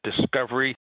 discovery